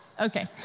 Okay